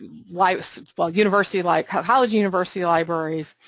like well, university, like ah college university libraries,